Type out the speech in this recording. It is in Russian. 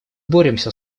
боремся